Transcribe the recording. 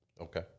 Okay